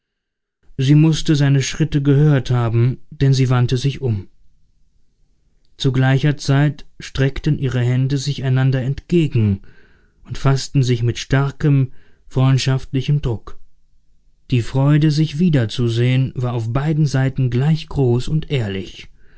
sie mußte seine schritte gehört haben denn sie wandte sich um zu gleicher zeit streckten ihre hände sich einander entgegen und faßten sich mit starkem freundschaftlichem druck die freude sich wiederzusehen war auf beiden seiten gleich groß und ehrlich